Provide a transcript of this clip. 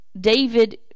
David